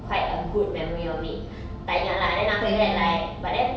quite a good memory of it tak ingat lah then after that like but then